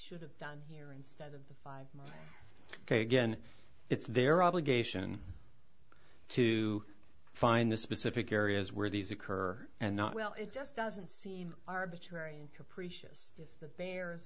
should have done here instead of the five k again it's their obligation to find the specific areas where these occur and not well it just doesn't seem arbitrary and capricious if the bar